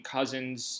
Cousins